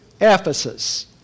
Ephesus